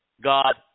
God